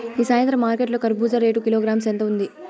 ఈ సాయంత్రం మార్కెట్ లో కర్బూజ రేటు కిలోగ్రామ్స్ ఎంత ఉంది?